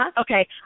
Okay